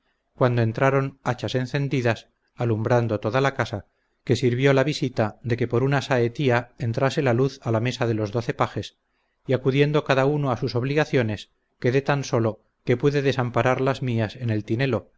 cuando entraron hachas encendidas alumbrando toda la casa que sirvió la visita de que por una saetía entrase la luz a la mesa de los doce pajes y acudiendo cada uno a sus obligaciones quedé tan solo que pude desamparar las mías en el tinelo